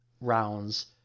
rounds